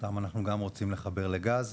שאותם אנחנו גם רוצים לחבר לגז,